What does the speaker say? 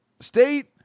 state